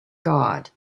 god